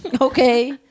Okay